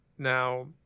Now